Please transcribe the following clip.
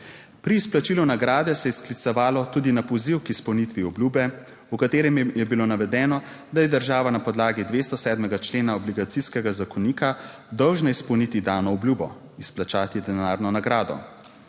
Pri izplačilu nagrade se je sklicevalo tudi na poziv k izpolnitvi obljube, v katerem je bilo navedeno, da je država na podlagi 207. člena Obligacijskega zakonika dolžna izpolniti dano obljubo, izplačati denarno nagrado.